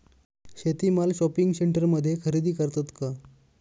शेती माल शॉपिंग सेंटरमध्ये खरेदी करतात का?